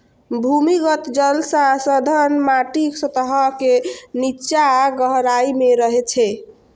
भूमिगत जल संसाधन माटिक सतह के निच्चा गहराइ मे रहै छै